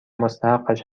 مستحقش